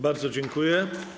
Bardzo dziękuję.